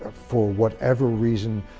ah for whatever reason,